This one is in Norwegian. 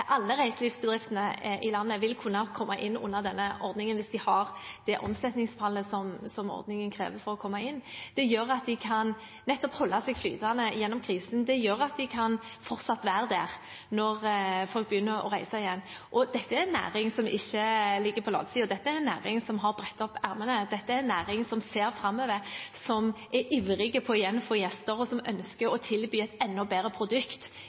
i landet vil kunne komme inn under denne ordningen hvis de har det omsetningsfallet som ordningen krever for å komme inn. Det gjør at de nettopp kan holde seg flytende gjennom krisen. Det gjør at de fortsatt kan være der når folk begynner å reise igjen. Dette er en næring som ikke ligger på latsiden, dette er en næring som har brettet opp ermene, dette er en næring som ser framover og er ivrig på igjen å få gjester, og som ønsker å tilby et enda bedre produkt